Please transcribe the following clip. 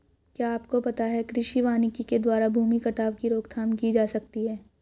क्या आपको पता है कृषि वानिकी के द्वारा भूमि कटाव की रोकथाम की जा सकती है?